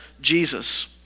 Jesus